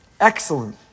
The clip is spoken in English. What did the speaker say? Excellent